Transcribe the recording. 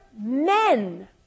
men